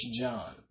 John